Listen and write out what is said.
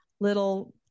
little